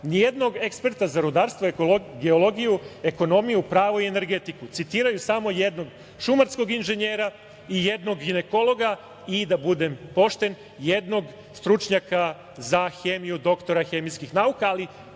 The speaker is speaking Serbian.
ni jednog eksperta za rudarstvo i geologiju, ekonomiju, pravo i energetiku. Citiraju samo jednog šumarskog inženjera i jednog ginekologa i, da budem pošten, jednog stručnjaka za hemiju, doktora hemijskih nauka, ali